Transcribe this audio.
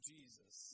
Jesus